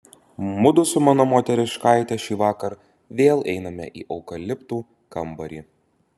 mudu su mano moteriškaite šįvakar vėl einame į eukaliptų kambarį